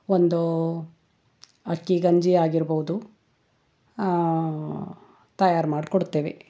ಒಂದು ಅಕ್ಕಿ ಗಂಜಿ ಆಗಿರ್ಬೌದು ತಯಾರಿ ಮಾಡಿ ಕೊಡ್ತೇವೆ